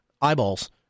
eyeballs